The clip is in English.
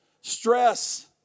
stress